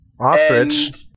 Ostrich